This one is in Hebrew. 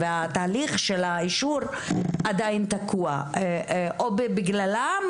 והתהליך של האישור עדיין תקוע או בגללם,